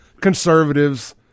conservatives